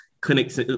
clinics